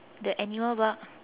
the animal bark